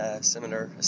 similar